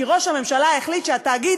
כי ראש הממשלה החליט שהתאגיד,